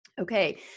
Okay